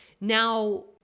Now